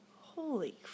Holy